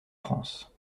france